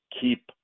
keep